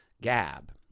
Gab